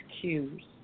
cues